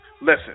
Listen